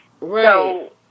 Right